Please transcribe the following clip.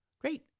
great